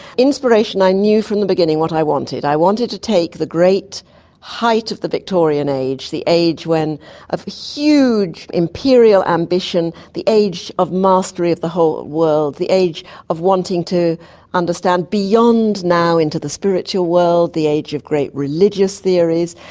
inspiration, i knew from the beginning what i wanted. i wanted to take the great height of the victorian age, the age when a huge imperial ambition, the age of mastery of the whole world, the age of wanting to understand beyond now into the spiritual world, the age of great religious theories,